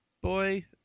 Boy